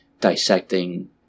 dissecting